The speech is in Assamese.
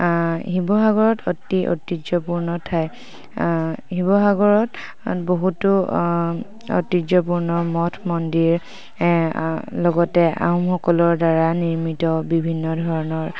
শিৱসাগৰত অতি ঐতিহ্যপূৰ্ণ ঠাই শিৱসাগৰত বহুতো ঐতিহ্যপূৰ্ণ মঠ মন্দিৰ লগতে আহোমসকলৰ দ্বাৰা নিৰ্মিত বিভিন্ন ধৰণৰ